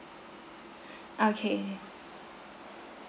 okay